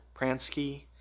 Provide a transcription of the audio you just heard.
Pransky